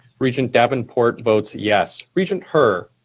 regent davenport votes yes. regent her?